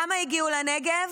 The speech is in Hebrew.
כמה הגיעו לנגב?